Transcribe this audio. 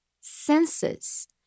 senses